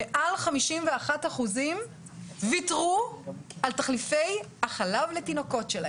מעל 51% ויתרו על תחליפי החלב לתינוקות.